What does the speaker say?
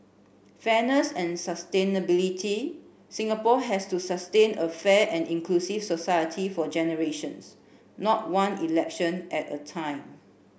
fairness and sustainability Singapore has to sustain a fair and inclusive society for generations not one election at a time